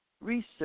Research